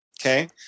Okay